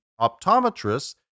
optometrists